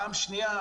פעם שנייה,